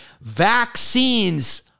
vaccines